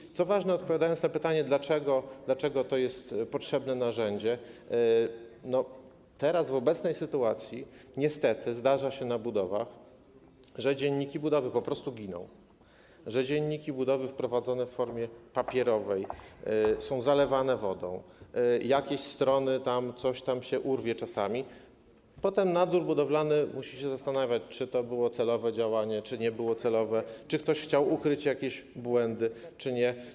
I co ważne, odpowiadając na pytanie, dlaczego to jest potrzebne narzędzie, chcę powiedzieć, że teraz, w obecnej sytuacji niestety zdarza się na budowach, że dzienniki budowy po prostu giną, że dzienniki budowy prowadzone w formie papierowej są zalewane wodą, jakieś tam strony czasami się urwą i potem nadzór budowlany musi się zastanawiać, czy to było celowe działanie, czy nie było celowe, czy ktoś chciał ukryć jakieś błędy, czy nie.